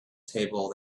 table